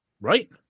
Right